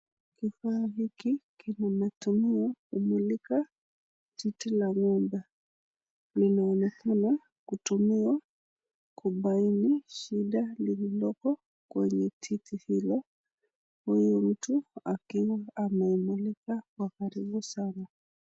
Kifaa hiki kinatumiwa kumulika titi la ng'ombe, linaonekana kutumiwa kubbaini shida iliyoko kwenye titi hilo, huyu mtu akiwa amemulika kwa karibu sana.